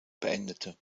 beendete